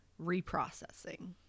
reprocessing